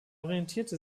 orientierte